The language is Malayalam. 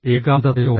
ഏകാന്തതയോടെ